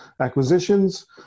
acquisitions